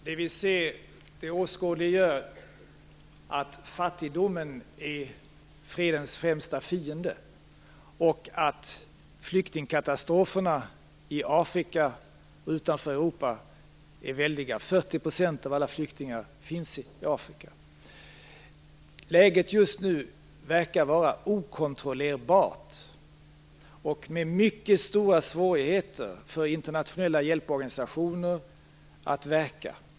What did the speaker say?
Fru talman! Det vi ser åskådliggör att fattigdomen är fredens främsta fiende. Flyktingkatastroferna i Afrika och utanför Europa är väldiga. Hela 40 % av alla flyktingar finns i Afrika. Läget just nu verkar vara okontrollerbart. Det är mycket svårt för internationella hjälporganisationer att verka.